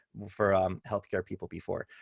for um healthcare people before.